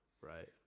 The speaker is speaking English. Right